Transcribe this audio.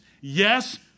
Yes